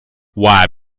why